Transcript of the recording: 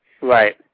right